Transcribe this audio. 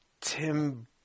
Tim